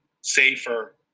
safer